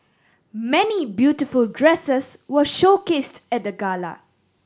many beautiful dresses were showcased at the gala